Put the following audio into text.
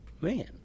man